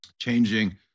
changing